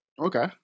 Okay